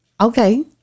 Okay